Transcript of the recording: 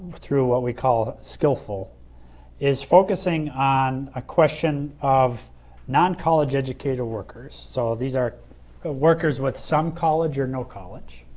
through what we call skillful is focusing on a question of non-college educated workers. so, these are workers with some college or no college.